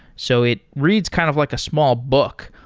so it reads kind of like a small book.